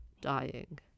dying